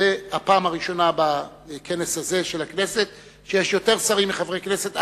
זו הפעם הראשונה בכנס הזה של הכנסת שיש יותר שרים מחברי כנסת,